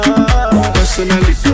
Personally